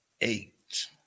eight